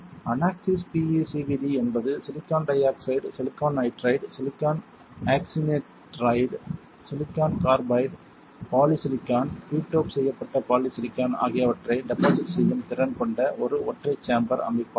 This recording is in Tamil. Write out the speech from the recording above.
அனாக்சிஸ் பிஈசிவிடி என்பது silicon dioxide silicon nitride silicon oxynitride silicon carbide polysilicon p dope செய்யப்பட்ட பாலிசிலிகான் ஆகியவற்றை டெபாசிட் செய்யும் திறன் கொண்ட ஒரு ஒற்றை சேம்பர் அமைப்பாகும்